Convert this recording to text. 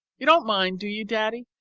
you don't mind, do you, daddy?